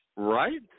Right